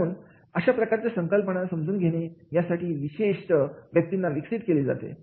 म्हणून अशा प्रकारच्या संकल्पना समजून घेणे यासाठी विशिष्ट व्यक्तींना विकसित केली जाते